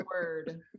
word